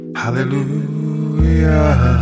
hallelujah